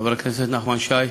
חבר הכנסת נחמן שי.